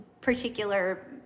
particular